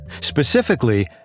Specifically